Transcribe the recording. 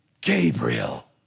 Gabriel